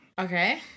okay